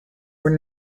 were